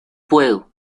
puedo